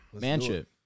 Manship